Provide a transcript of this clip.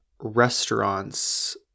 restaurants